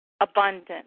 abundant